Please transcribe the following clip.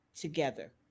together